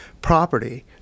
property